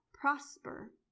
prosper